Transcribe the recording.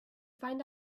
find